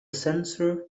sensor